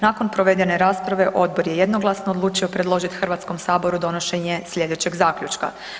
Nakon provedene rasprave odbor je jednoglasno odlučio predložiti Hrvatskom saboru donošenje slijedećeg zaključka.